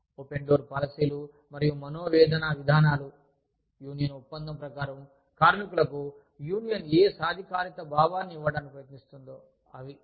open door పాలసీలు మరియు మనోవేదన విధానాలు యూనియన్ ఒప్పందం ప్రకారం కార్మికులకు యూనియన్ ఏ సాధికారత భావాన్ని ఇవ్వడానికి ప్రయత్నిస్తున్నదో అవి